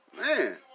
man